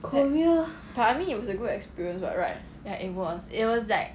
but I mean it was a good experience [what] right